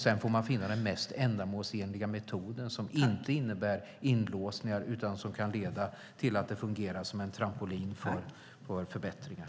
Sedan får man finna den mest ändamålsenliga metoden, som inte innebär inlåsningar utan kan leda till att det fungerar som en trampolin för förbättringar.